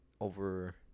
Over